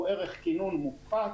הוא ערך כינון מופחת.